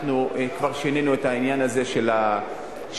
אנחנו כבר שינינו את העניין הזה של היתומים.